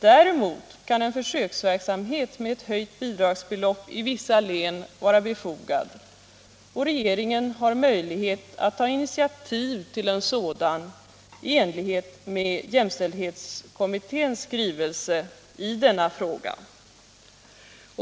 Däremot kan en försöksverksamhet med ett höjt bidragsbelopp i vissa län vara befogad, och regeringen har möjlighet att ta initiativ till en sådan i enlighet med jämställdhetskommitténs skrivelse idenna fråga.